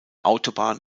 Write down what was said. autobahn